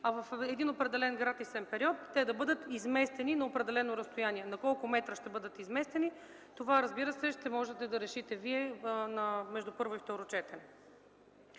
а в един определен гратисен период да бъдат изместени на определено разстояние. На колко метра ще бъдат изместени, разбира се, това ще може да решите вие между първо и второ четене.